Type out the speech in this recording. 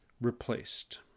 Replaced